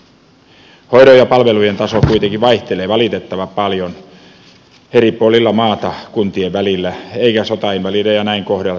hoidon ja palvelujen taso kuitenkin vaihtelee valitettavan paljon eri puolilla maata kuntien välillä eikä sotainvalideja näin kohdella tasavertaisesti